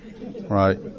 right